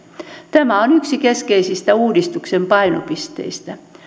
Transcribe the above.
tämä on yksi keskeisistä uudistuksen painopisteistä